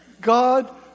God